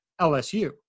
LSU